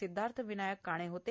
सिध्दार्थ विनायक काने होते